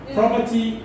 Property